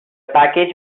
package